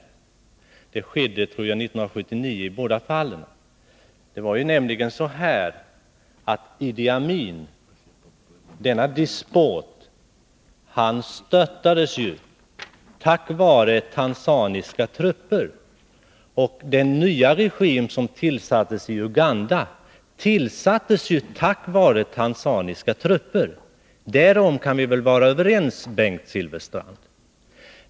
De främmande trupperna marscherade in 1979, tror jag det var i båda fallen. Idi Amin, denne despot, störtades tack vare tanzaniska trupper, och den nya regim som tillsattes i Uganda tillsattes ju tack vare tanzaniska trupper. Därom kan vi väl vara överens, Bengt Silfverstrand.